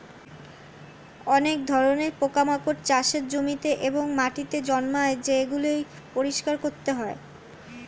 অনেক ধরণের পোকামাকড় চাষের জমিতে এবং মাটিতে জন্মায় যেগুলি পরিষ্কার করতে হয়